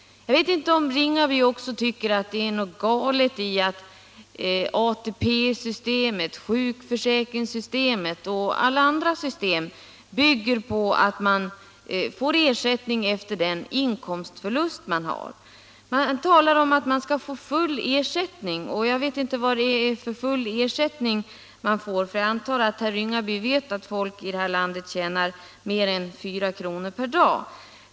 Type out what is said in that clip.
Jag vet inte om herr Ringaby också tycker att det är något galet i ATP-systemet, sjukförsäkringssystemet och alla andra system som bygger på att man får ersättning efter den inkomstförlust man gör. Han talar om att man får full ersättning. Jag vet inte vad det är för full ersättning. Jag antar att herr Ringaby vet att folk här i landet tjänar mer än 4 kr. per timme.